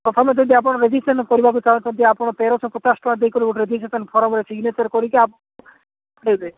ପ୍ରଥମେ ଯଦି ଆପଣ ରେଜିଷ୍ଟ୍ରେସନ କରିବାକୁ ଚାହୁଁଛନ୍ତି ତେବେ ଆପଣ ତେରଶହ ପଚାଶ ଟଙ୍କା ଦେଇକି ଗୋଟେ ରେଜିଷ୍ଟ୍ରେସନ ଫର୍ମରେ ସିଗ୍ନେଚର କରିକି ଆପଣ ପଠେଇବେ